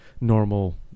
normal